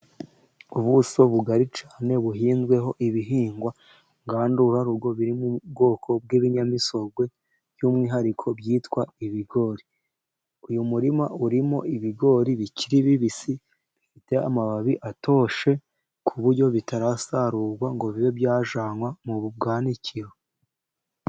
Ubuso bugari cyane, buhinzweho ibihingwa ngandurarugo, biri mu bwoko bw'ibinyamisogwe, by'umwihariko byitwa ibigori. Uyu murima urimo ibigori bikiri bibisi, bifite amababi atoshye ku buryo bitarasarurwa ngo bibe byajyanwa mu bwanikiro.